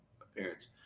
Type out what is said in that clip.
appearance